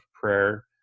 prayer